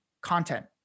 content